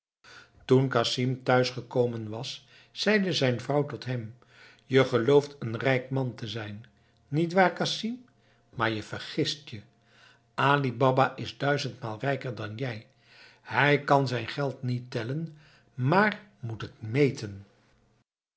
casim thuis gekomen was zeide zijn vrouw tot hem je gelooft een rijk man te zijn nietwaar casim maar je vergist je ali baba is duizendmaal rijker dan jij hij kan zijn geld niet tellen maar moet het meten